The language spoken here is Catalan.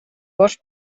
gos